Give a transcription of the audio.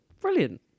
Brilliant